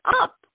up